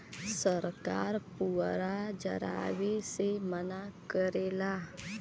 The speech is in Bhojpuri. सरकार पुअरा जरावे से मना करेला